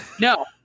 No